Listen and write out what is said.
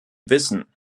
wissen